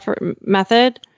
method